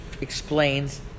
explains